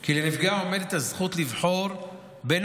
כי לנפגע עומדת הזכות לבחור בין